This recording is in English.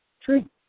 true